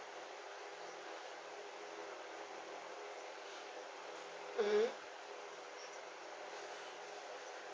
mmhmm